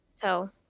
tell